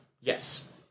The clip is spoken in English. Yes